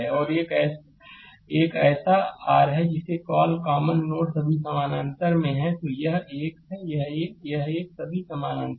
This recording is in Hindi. और यह एक ऐसा आर है जिसे कॉल कॉमन नोड सभी समानांतर में हैं यह एक यह एक यह एक सभी समानांतर हैं